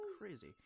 crazy